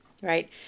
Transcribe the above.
right